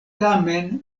tamen